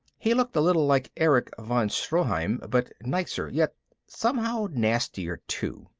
he looked a little like erich von stroheim, but nicer yet somehow nastier too.